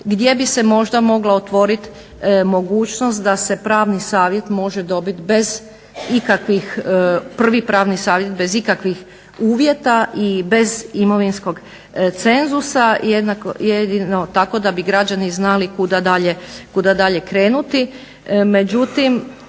gdje bi se možda mogla otvorit mogućnost da se prvi pravni savjet može dobit bez ikakvih uvjeta i bez imovinskog cenzusa, jedino tako da bi građani znali kuda dalje krenuti. Međutim,